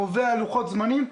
קובע לוחות זמנים,